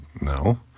no